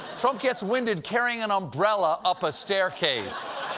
trump gets winded carrying an umbrella up a staircase.